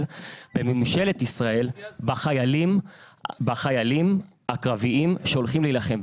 ומממשלת ישראל בחיילים הקרביים שהולכים להילחם.